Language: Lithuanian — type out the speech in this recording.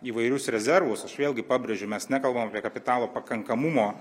įvairius rezervus aš vėlgi pabrėžiu mes nekalbam apie kapitalo pakankamumo